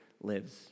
lives